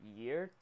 year